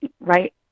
right